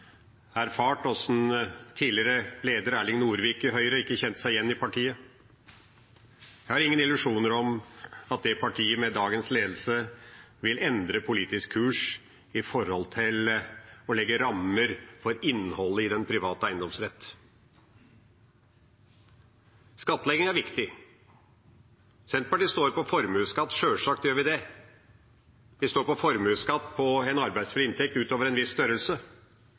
erfart hvordan tidligere leder i Høyre Erling Norvik ikke kjente seg igjen i partiet. Jeg har ingen illusjoner om at det partiet med dagens ledelse vil endre politisk kurs når det gjelder å legge rammer for innholdet i den private eiendomsrett. Skattlegging er viktig. Senterpartiet står på formuesskatt – sjølsagt gjør vi det. Vi står på formuesskatt på en arbeidsfri inntekt utover en viss størrelse.